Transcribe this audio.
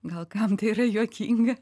gal kam tai yra juokinga